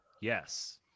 Yes